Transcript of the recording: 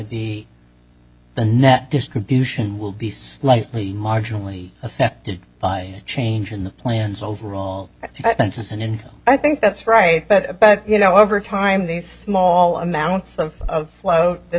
be the net distribution will be slightly marginally affected by changes in the plans overall and in i think that's right but you know over time these small amounts of float th